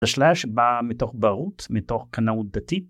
אשליהה שבאה מתוך בארות, מתוך קנאות דתית.